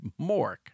Mork